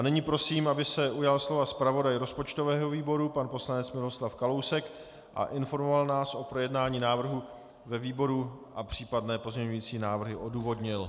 Nyní prosím, aby se ujal slova zpravodaj rozpočtového výboru pan poslanec Miroslav Kalousek a informoval nás o projednání návrhu ve výboru a případné pozměňující návrhy odůvodnil.